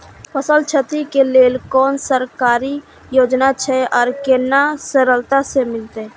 फसल छति के लेल कुन सरकारी योजना छै आर केना सरलता से मिलते?